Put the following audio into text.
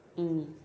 mm